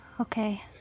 Okay